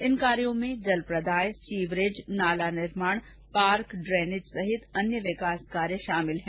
इन कार्यों में जल प्रदाय सीवरेज नाला निर्माण पार्क ड्रेनेज सहित अन्य विकास कार्य शामिल हैं